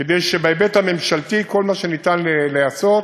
כדי שבהיבט הממשלתי כל מה שניתן להיעשות